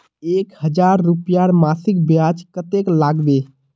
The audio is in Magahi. एक हजार रूपयार मासिक ब्याज कतेक लागबे?